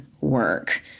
work